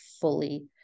fully